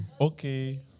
Okay